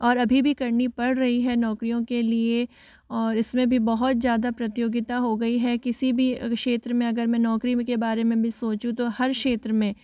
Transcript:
और अभी भी करनी पड़ रही है नौकरियों के लिए और इसमे भी बहुत ज़्यादा प्रतियोगिता हो गई है किसी भी व क्षेत्र में अगर मैं नौकरी के बारे में भी सोचूँ तो हर क्षेत्र में